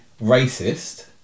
racist